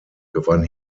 gewann